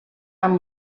amb